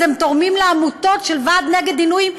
אז הם תורמים לעמותות של הוועד נגד עינויים.